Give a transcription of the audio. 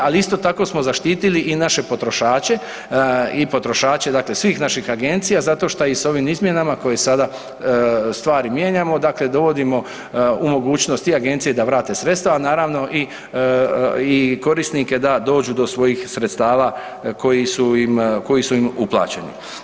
Ali isto tako smo zaštitili i naše potrošače i potrošače dakle svih naših agencija zato što ih sa ovim izmjenama koje sada stvari mijenjamo dakle dovodimo u mogućnost tih agencija da vrate sredstva, a naravno i korisnike da dođu do svojih sredstava koji su im uplaćeni.